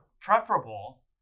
preferable